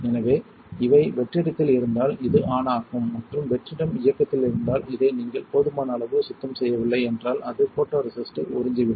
எனவே இவை வெற்றிடத்தில் இருந்தால் இது ஆன் ஆகும் மற்றும் வெற்றிடம் இயக்கத்தில் இருந்தால் இதை நீங்கள் போதுமான அளவு சுத்தம் செய்யவில்லை என்றால் அது போட்டோரெசிஸ்ட்டை உறிஞ்சிவிடும்